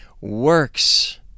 works